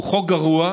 הוא חוק גרוע,